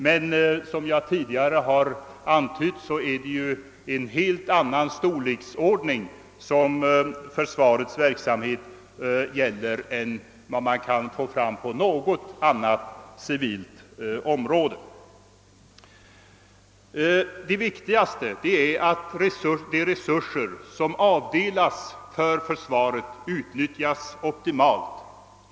Men som jag tidigare antytt är ju denna verksamhet inom försvaret av en helt annan storleksordning än på något civilt område. Det viktigaste är att de resurser som avdelas för försvaret utnyttjas optimalt.